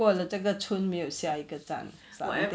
过了这个村没有下一个站